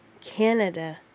Canada